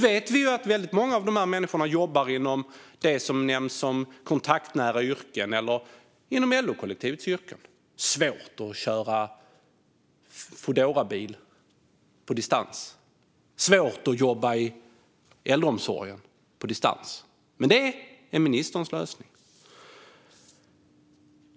Vi vet att många av dessa människor jobbar i det som benämns kontaktnära yrken eller inom LO-kollektivets yrken. Det är svårt att köra Foodorabil på distans. Det är svårt att jobba i äldreomsorgen på distans. Men det är ministerns lösning.